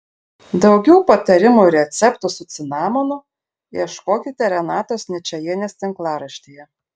daugiau patarimų ir receptų su cinamonu ieškokite renatos ničajienės tinklaraštyje